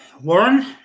Warren